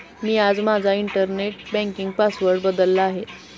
मी आज माझा internet banking password बदलला आहे